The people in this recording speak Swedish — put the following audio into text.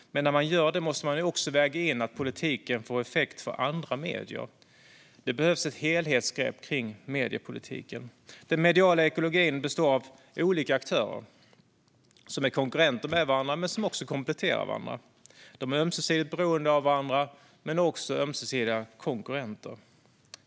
Men när man gör det måste man också väga in att politiken får effekt för andra medier. Det behövs ett helhetsgrepp kring mediepolitiken. Den mediala ekologin består av olika aktörer som är konkurrenter men som också kompletterar varandra. De är ömsesidigt beroende av varandra, men de är också ömsesidiga konkurrenter.